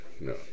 no